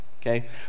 okay